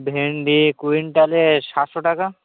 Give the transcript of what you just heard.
ভেন্ডি কুইন্টালে সাতশো টাকা